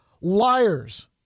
liars